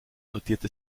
notierte